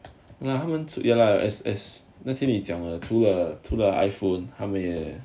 no lah 他们 ya lah as as 那天你讲了除了 iphone 他们也